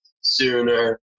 sooner